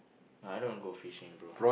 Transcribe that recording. I don't go fishing bro